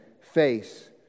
face